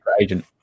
agent